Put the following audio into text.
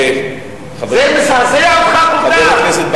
זה מזעזע אותך כל כך?